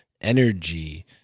energy